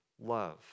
love